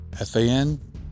F-A-N